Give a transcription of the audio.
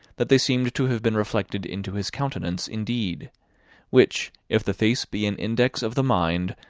that they seemed to have been reflected into his countenance indeed which, if the face be an index of the mind,